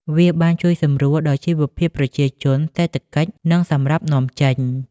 វាបានជួយសម្រួលដល់ជីវភាពប្រជាជន សេដ្ឋកិច្ច និងសម្រាប់នាំចេញ។